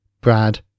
Brad